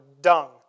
dung